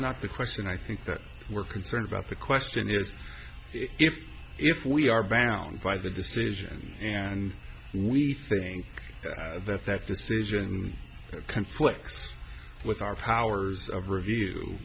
not the question i think that we're concerned about the question is if if we are bound by the decision and we think that that decision conflicts with our powers of review